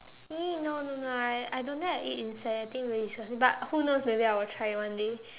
!ee! no no no I I don't dare to eat insect I think very disgusting but who knows maybe I will try it one day